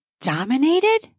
dominated